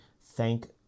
thank